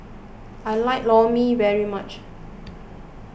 I like Lor Mee very much